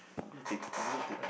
I'm gonna take I'm gonna take